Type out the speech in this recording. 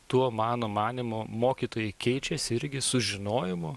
tuo mano manymu mokytojai keičiasi irgi su žinojimu